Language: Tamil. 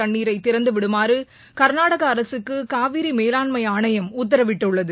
தண்ணீரை திறந்துவிடுமாறு கர்நாடக அரசுக்கு காவிரி மேலாண்மை ஆணையம் உத்தரவிட்டுள்ளது